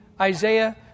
Isaiah